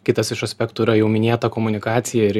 kitas iš aspektų yra jau minėta komunikacija ir